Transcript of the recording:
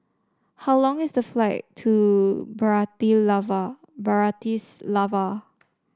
how long is the flight to Bratislava